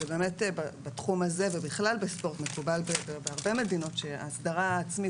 בתחום הזה ובכלל בספורט מקובל בהרבה מדינות שההסדרה העצמית